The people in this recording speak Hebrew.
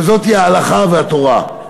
שזאת היא ההלכה והתורה.